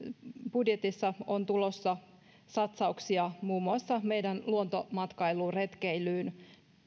budjetissa on tulossa satsauksia muun muassa meidän luontomatkailuun retkeilyyn